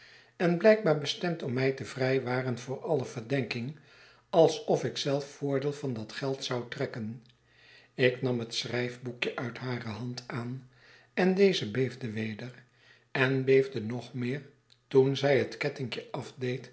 en blijkbaar bestemd om mij te vrij waren voor alle verdenking alsof ik zelf voordeel van dat geld zou trekken ik nam het schrijfboekje uit hare hand aan en deze beefde weder en beefde nog meer toen zij het kettinkje